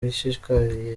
yishakiye